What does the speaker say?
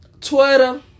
twitter